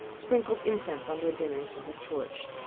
sprinkled incense on their dinners from his torch.